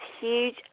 huge